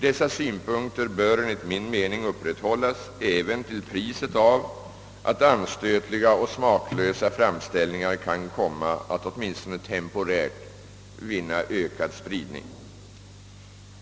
Dessa synpunkter bör enligt min mening upprätthållas även till priset av att anstötliga och smaklösa framställningar kan komma att åtminstone temporärt vinna ökad spridning.